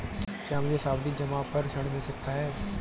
क्या मुझे सावधि जमा पर ऋण मिल सकता है?